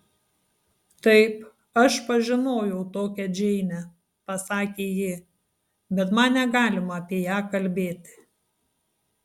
taip aš pažinojau tokią džeinę pasakė ji bet man negalima apie ją kalbėti